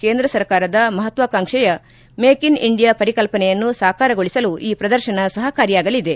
ಕೇಂದ್ರ ಸರ್ಕಾರದ ಮಹತ್ವಾಕಾಂಕ್ಷೆಯ ಮೇಕ್ ಇನ್ ಇಂಡಿಯಾ ಪರಿಕಲ್ಪನೆಯನ್ನು ಸಾಕಾರಗೊಳಿಸಲು ಈ ಪ್ರದರ್ಶನ ಸಹಕಾರಿಯಾಗಲಿದೆ